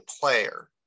player